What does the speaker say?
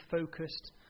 focused